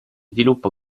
sviluppo